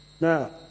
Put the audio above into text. Now